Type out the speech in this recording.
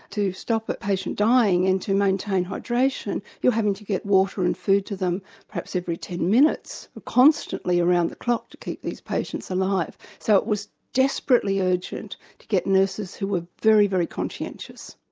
to stop a patient dying and to maintain hydration, you were having to get water and food to them perhaps every ten minutes, constantly around the clock, to keep these patients alive. so it was desperately urgent to get nurses who were very, very conscientious.